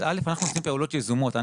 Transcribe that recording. קודם כל אנחנו עושים פעולות יזומות.